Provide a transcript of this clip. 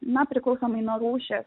na priklausomai nuo rūšies